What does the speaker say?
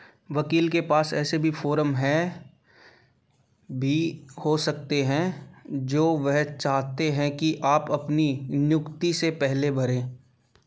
वकील के पास ऐसे फोरम हैं भी हो सकते हैं जो वह चाहते हैं कि आप अपनी नियुक्ति से पहले भरें